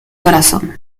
corazón